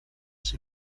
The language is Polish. się